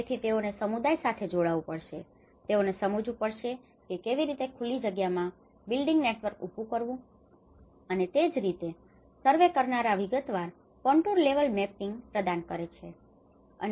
તેથી તેઓને સમુદાય સાથે જોડાવું પડશે તેઓને સમજવું પડશે કે કેવી રીતે ખુલ્લી જગ્યાઓમાં બિલ્ડીંગ નેટવર્ક ઊભું કરવું અને તે જ રીતે સર્વે કરનારા વિગતવાર contour level mapping contour level mapping contour સ્તરનું મેપિંગ પ્રદાન કરે છે